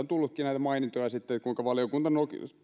tullutkin näitä mainintoja siitä kuinka valiokunta